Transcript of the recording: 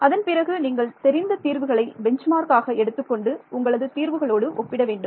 அதன்பிறகு நீங்கள் தெரிந்த தீர்வுகளை பென்ச் மார்க் ஆக எடுத்துக்கொண்டு உங்களது தீர்வுகளோடு ஒப்பிட வேண்டும்